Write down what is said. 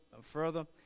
further